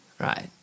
right